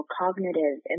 cognitive